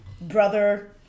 brother